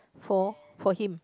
for for him